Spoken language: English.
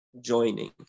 joining